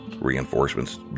Reinforcements